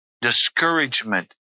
Discouragement